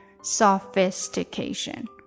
sophistication